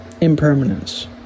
impermanence